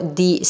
di